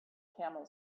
camel